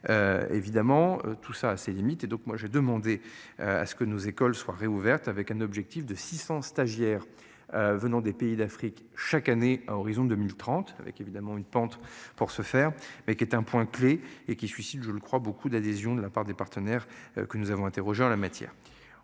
Évidemment tout ça a ses limites et donc moi j'ai demandé à ce que nos écoles soient réouvertes. Avec un objectif de 600 stagiaires. Venant des pays d'Afrique chaque année à horizon 2030, avec évidemment une pente pour ce faire, mais qui est un point clé et qui suicident je le crois beaucoup d'adhésion de la part des partenaires que nous avons interrogés en la matière